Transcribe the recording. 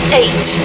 eight